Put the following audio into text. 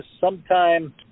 sometime